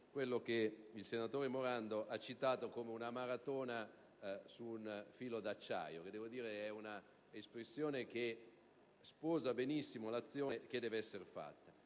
quello che il senatore Morando ha citato come una maratona su un filo d'acciaio, che è un'espressione che sposa benissimo l'azione che deve essere fatta